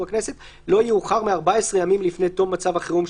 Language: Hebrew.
הכנסת לא יאוחר מ-14 ימים לפני תום מצב החירום.